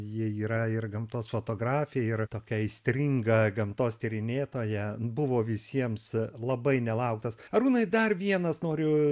ji yra ir gamtos fotografė yra tokia aistringa gamtos tyrinėtoja buvo visiems labai nelauktas arūnai dar vienas noriu